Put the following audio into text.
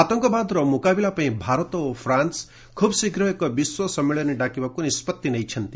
ଆତଙ୍କବାଦର ମୁକାବିଲା ପାଇଁ ଭାରତ ଓ ଫ୍ରାନୁ ଖୁବ୍ ଶୀଘ୍ର ଏକ ବିଶ୍ୱ ସମ୍ମିଳନୀ ଡାକିବାକୁ ନିଷ୍କଭି ନେଇଛନ୍ତି